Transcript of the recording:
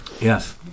Yes